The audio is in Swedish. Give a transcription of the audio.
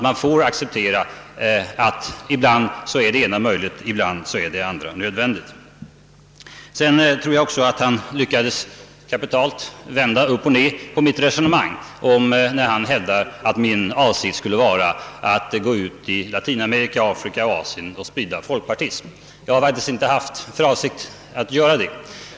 Man får acceptera att det ena är möjligt ibland och att det andra är nödvändigt i andra fall. Herr Carlsson lyckades kapitalt vända upp och ned på mitt resonemang, när han hävdade att min avsikt skulle vara att gå ut i Latinamerika, Afrika och Asien och sprida folkpartism. Jag har faktiskt inte haft för avsikt att göra det.